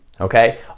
Okay